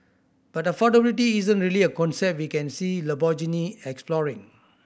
but affordability isn't really a concept we can see Lamborghini exploring